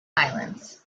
islands